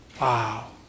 Wow